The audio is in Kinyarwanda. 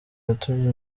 yatumye